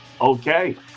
Okay